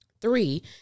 three